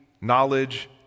knowledge